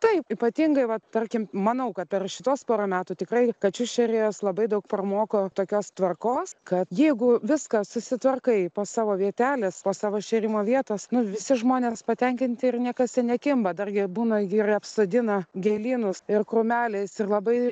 taip ypatingai va tarkim manau kad per šituos pora metų tikrai kačių šėrėjos labai daug pramoko tokios tvarkos kad jeigu viską susitvarkai po savo vietelės po savo šėrimo vietos nu visi žmonės patenkinti ir niekas ten nekimba dargi būna ir jie sodina gėlynus ir krūmeliais ir labai